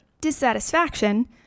Dissatisfaction